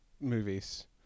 movies